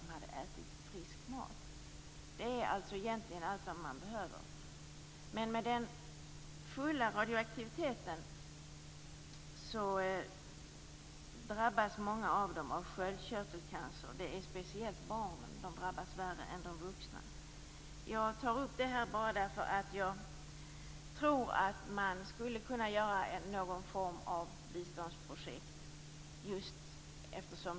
Det berodde på att de hade ätit frisk mat. Det är egentligen allt som behövs. Med så mycket radioaktivitet har många av dem drabbats av sköldkörtelcancer. Barnen drabbas värre än de vuxna. Jag tar upp denna fråga därför att jag tror att det går att skapa någon form av biståndsprojekt.